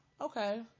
okay